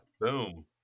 Boom